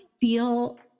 feel